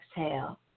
exhale